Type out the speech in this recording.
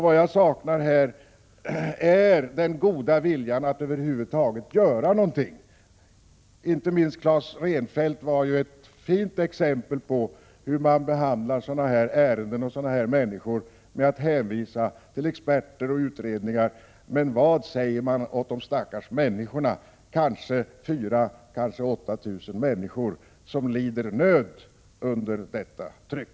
Vad jag saknar är den goda viljan att över huvud taget göra något. Inte minst Claes Rensfeldt var ett fint exempel på hur man behandlar sådana här ärenden och sådana här människor genom att hänvisa till experter och utredningar. Men vad säger man åt de stackars människorna — kanske 4 000 eller 8 000 — som lider nöd under detta tryck.